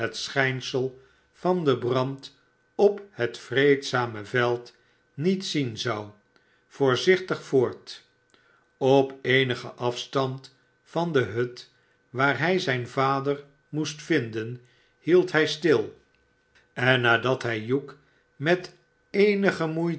het schijnsel van den brand op het vreedzame veld niet zien zou voorzichtig voort op eenigen afstand van d hut waar wj zijn vader moest vinden hield hi stil en nadat hi hugh met eenige moeite